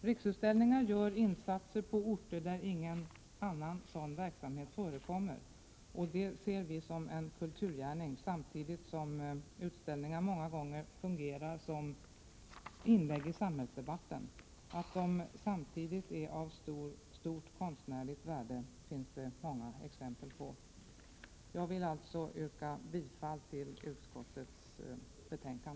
Riksutställningar gör insatser på orter där ingen annan sådan verksamhet förekommer, och det ser vi som en kulturgärning, samtidigt som utställningar många gånger fungerar som inlägg i samhällsdebatten. Att de samtidigt är av stort konstnärligt värde finns det många exempel på. Jag vill alltså yrka bifall till utskottets hemställan.